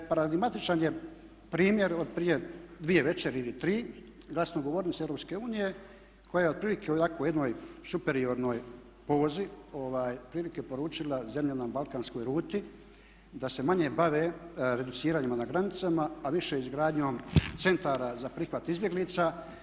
Pragmatičan je primjer od prije dvije večeri ili tri, glasnogovornice EU koja je otprilike u ovako jednoj superiornoj pozi otprilike poručila zemljama na balkanskoj ruti da se manje bave reduciranjima na granicama, a više izgradnjom centara za prihvat izbjeglica.